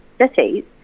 cities